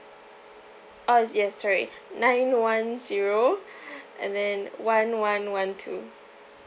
uh yes sorry nine one zero and then one one one two